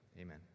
Amen